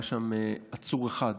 היה שם עצור אחד,